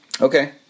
Okay